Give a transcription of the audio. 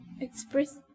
express